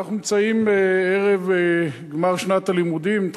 אנחנו נמצאים ערב גמר שנת הלימודים,